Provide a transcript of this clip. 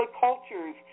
cultures